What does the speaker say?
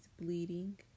bleeding